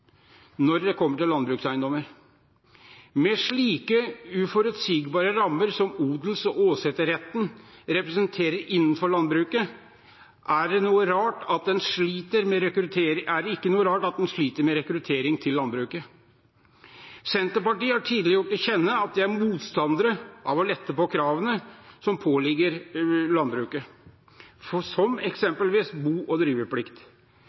når det gjelder landbrukseiendommer. Med slike uforutsigbare rammer som odels- og åsetesretten representerer innenfor landbruket, er det ikke noe rart at en sliter med rekruttering til landbruket. Senterpartiet har tidlig gitt til kjenne at de er motstandere av å lette på kravene som påligger landbruket, som eksempelvis bo- og driveplikt,